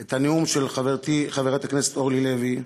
את הנאום של חברתי חברת הכנסת אורלי לוי,